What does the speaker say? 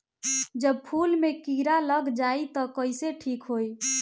जब फूल मे किरा लग जाई त कइसे ठिक होई?